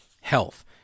health